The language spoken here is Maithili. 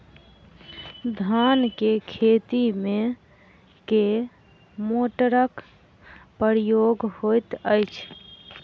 धान केँ खेती मे केँ मोटरक प्रयोग होइत अछि?